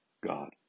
God